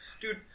dude